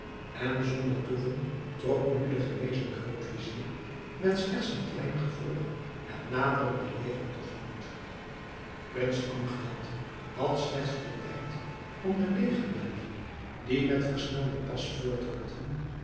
en zonder toeven trok nu de gewezen groot-vizier met slechts een klein gevolg het naderende leger tegemoet prins amgiad had slechts den tijd om de legerbenden die met